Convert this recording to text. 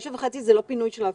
9:30 זה לא זמן הפינוי של ההפגנה.